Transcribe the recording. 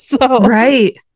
Right